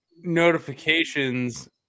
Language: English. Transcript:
notifications